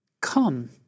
Come